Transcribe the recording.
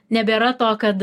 nebėra to kad